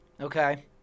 Okay